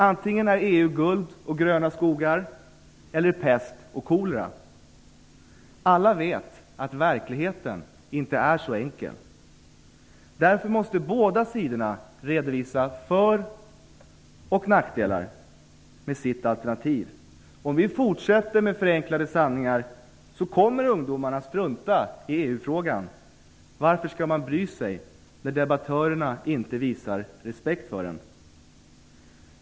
EU är antingen guld och gröna skogar eller pest och kolera. Alla vet att verkligheten inte är så enkel. Därför måste båda sidorna redovisa för och nackdelar med sina alternativ. Om vi fortsätter med förenklade sanningar, kommer ungdomarna att strunta i EU frågan. Varför skall man bry sig, när debattörerna inte visar respekt för en?